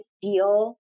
feel